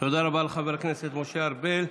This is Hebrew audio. תודה רבה לחבר הכנסת משה ארבל.